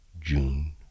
June